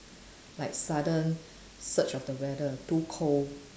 like sudden surge of the weather too cold